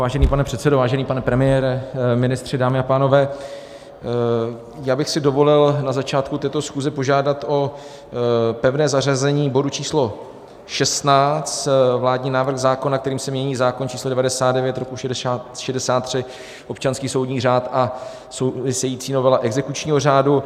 Vážený pane předsedo, vážený pane premiére, ministři, dámy a pánové, já bych si dovolil na začátku této schůze požádat o pevné zařazení bodu číslo 16, vládní návrh zákona, kterým se mění zákon č. 99/1963, občanský soudní řád, a související novela exekučního řádu.